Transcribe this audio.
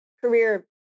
career